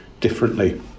differently